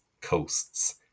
coasts